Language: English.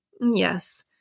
Yes